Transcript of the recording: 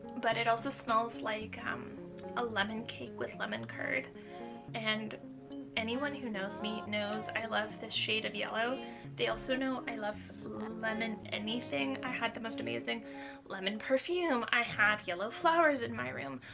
but it also smells like a lemon cake with lemon curd and anyone who knows me knows i love this shade of yellow they also know i love lemon lemon anything. i had the most amazing lemon perfume, i have yellow flowers in my room,